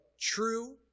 true